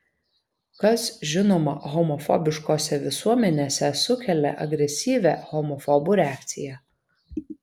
kas žinoma homofobiškose visuomenėse sukelia agresyvią homofobų reakciją